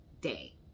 day